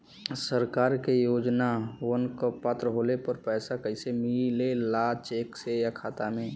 सरकार के योजनावन क पात्र होले पर पैसा कइसे मिले ला चेक से या खाता मे?